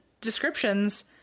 descriptions